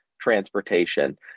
transportation